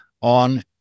on